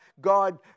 God